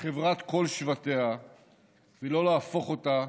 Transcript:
כחברת כל שבטיה ולא להפוך אותה